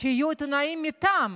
שיהיו עיתונאים מטעם.